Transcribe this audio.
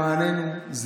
למעננו.